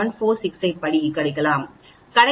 746 ஐப் படிக்கலாம்